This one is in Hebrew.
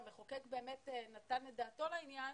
שהמחוקק באמת נתן את דעתו לעניין,